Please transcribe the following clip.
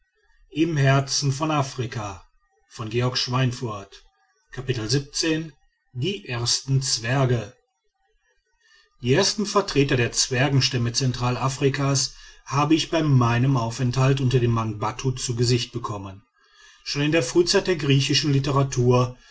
die ersten zwerge die ersten vertreter der zwergstämme zentralafrikas habe ich bei meinem aufenthalt unter den mangbattu zu gesicht bekommen schon in der frühzeit der griechischen literatur